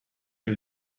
que